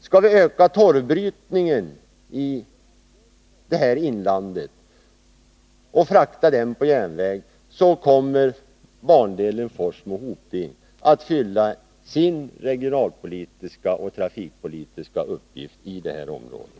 Skall vi öka torvbrytningen i inlandet och frakta torven på järnväg kommer bandelen Forsmo-Hoting att fylla sin regionalpolitiska och trafikpolitiska uppgift i det här området.